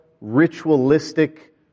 ritualistic